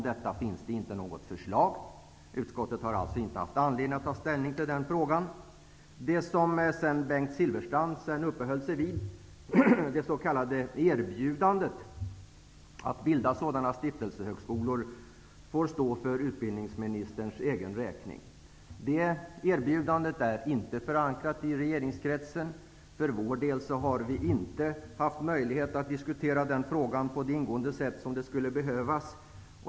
Det finns inte något förslag om detta. Utskottet har inte haft anledning att ta ställning till den frågan. erbjudandet att bilda sådana stiftelsehögskolor. Det får stå för utbildningsministerns egen räkning. Det erbjudandet är inte förankrat i regeringskretsen. Vi i utskottet har inte haft möjlighet att diskutera den frågan på det ingående sätt som skulle behövas.